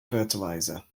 fertilizer